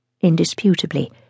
indisputably